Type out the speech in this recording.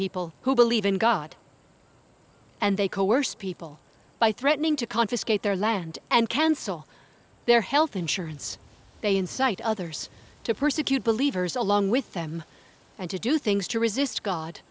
people who believe in god and they coerce people by threatening to confiscate their land and cancel their health insurance they incite others to persecute believers along with them and to do things to resist god